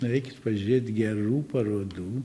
nueikt pažiūrėt gerų parodų